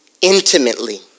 intimately